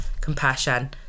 compassion